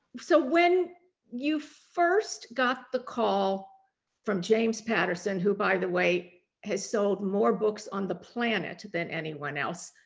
so when you first got the call from james patterson, who by the way has sold more books on the planet than anyone else,